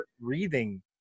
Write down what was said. breathing